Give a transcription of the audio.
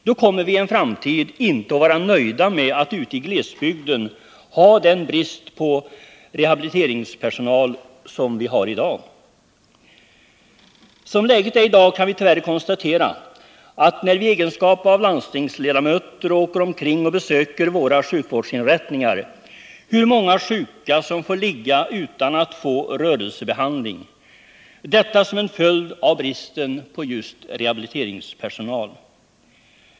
Då kommer vi i en framtid inte att vara nöjda med att ute i glesbygden ha den brist på rehabiliteringspersonal som vi har i dag. Som läget är i dag kan vi tyvärr konstatera, när vi i egenskap av landstingsledamöter åker omkring och besöker våra sjukvårdsinrättningar, hur många sjuka som får ligga utan att få rörelsebehandling — detta som en följd av bristen på just rehabiliteringspersonal.